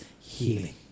healing